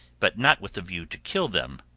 but not with a view to kill them,